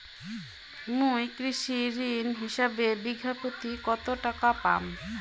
মুই কৃষি ঋণ হিসাবে বিঘা প্রতি কতো টাকা পাম?